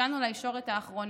הגענו לישורת האחרונה,